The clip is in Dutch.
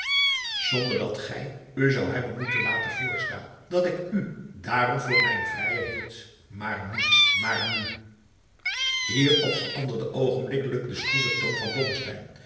zonder dat gij u zou hebben moeten laten voorstaan dat ik u daarom voor mijn vrijer hield maar nu maar nu hierop veranderde oogenblikkelijk de stroeve toon van